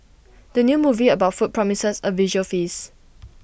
the new movie about food promises A visual feast